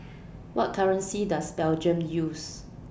What currency Does Belgium use